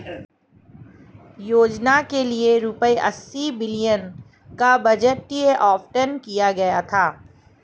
योजना के लिए रूपए अस्सी बिलियन का बजटीय आवंटन किया गया था